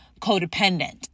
codependent